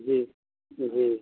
जी जी